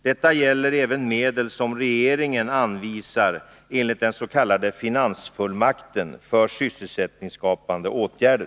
Detta gäller även medel som regeringen anvisar enligt den s.k. finansfullmakten för sysselsättningsskapande åtgärder.